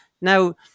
Now